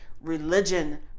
religion